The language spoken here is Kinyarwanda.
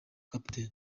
capt